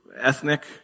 ethnic